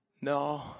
No